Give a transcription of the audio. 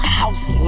house